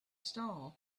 star